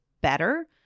better